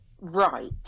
right